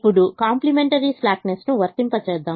ఇప్పుడు కాంప్లిమెంటరీ స్లాక్నెస్ను వర్తింపజేద్దాం